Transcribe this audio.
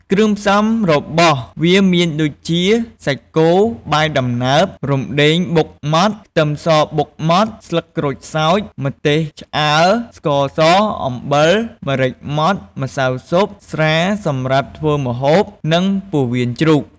គ្រឿងផ្សំរបស់វាមានដូចជា សាច់គោ បាយដំណើប រំដេងបុកម៉ដ្ឋ ខ្ទឹមសបុកម៉ដ្ឋ ស្លឹកក្រូចសើច ម្ទេសឆ្អើរ ស្ករស អំបិល ម្រេចម៉ដ្ឋ ម្សៅស៊ុប ស្រាសម្រាប់ធ្វើម្ហូប និង ពោះវៀនជ្រូក។